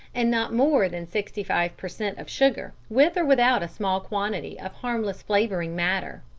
and not more than sixty five per cent. of sugar, with or without a small quantity of harmless flavouring matter.